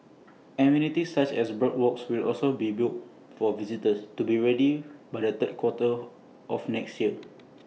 amenities such as boardwalks will also be built for visitors to be ready by the third quarter of next year